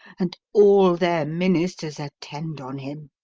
and all their ministers attend on him.